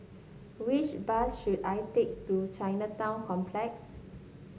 which bus should I take to Chinatown Complex